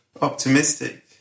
optimistic